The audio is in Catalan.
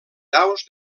daus